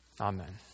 Amen